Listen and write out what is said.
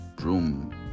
room